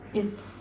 is